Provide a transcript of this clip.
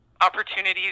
opportunities